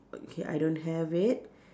okay I don't have it